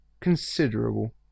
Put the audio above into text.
considerable